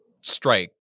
strike